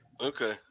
Okay